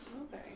Okay